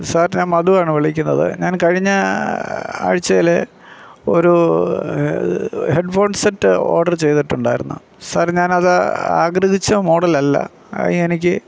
sir ഞാൻ മധുവാണ് വിളിക്കുന്നത് ഞാൻ കഴിഞ്ഞ ആഴ്ച്ചയില് ഒരു ഹെഡ് ഫോൺ സെറ്റ് ഓർഡർ ചെയ്തിട്ടുണ്ടായിരുന്ന് സാർ ഞാനത് ആഗ്രഹിച്ച മോഡലല്ല അതെനിക്ക്